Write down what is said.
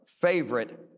favorite